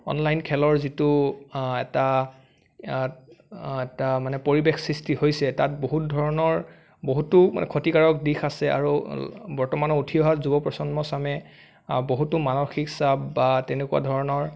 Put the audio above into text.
online খেলৰ যিটো এটা এটা মানে পৰিৱেশ সৃষ্টি হৈছে তাত বহুত ধৰণৰ বহুতো ক্ষতিকাৰক দিশ আছে আৰু বৰ্তমান উঠি অহা যুৱ প্ৰজন্মচামে বহুতো মানসিক চাপ বা তেনেকুৱা ধৰণৰ